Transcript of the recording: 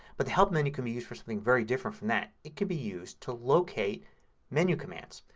but the help menu can be used for something very different from that. it can be used to locate menu commands.